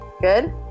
good